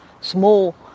small